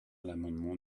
l’amendement